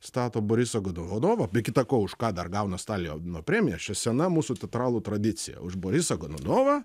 stato borisą godhunovą be kita ko už ką dar gauna stalijono premiją čia sena mūsų teatralų tradicija už borisą gonunovą